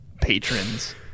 patrons